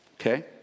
Okay